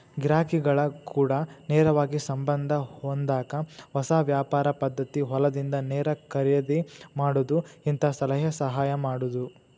ಗಿರಾಕಿಗಳ ಕೂಡ ನೇರವಾಗಿ ಸಂಬಂದ ಹೊಂದಾಕ ಹೊಸ ವ್ಯಾಪಾರ ಪದ್ದತಿ ಹೊಲದಿಂದ ನೇರ ಖರೇದಿ ಮಾಡುದು ಹಿಂತಾ ಸಲಹೆ ಸಹಾಯ ಮಾಡುದು